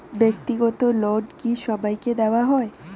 ব্যাক্তিগত লোন কি সবাইকে দেওয়া হয়?